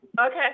Okay